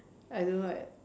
I don't know I